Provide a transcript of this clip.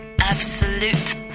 Absolute